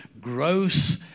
gross